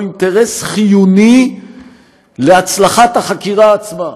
הוא אינטרס חיוני להצלחת החקירה עצמה,